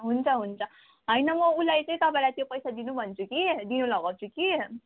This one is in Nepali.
हुन्छ हुन्छ होइन म उसलाई चाहिँ तपाईँलाई त्यो पैसा दिनु भन्छु कि दिनु लगाउँछु कि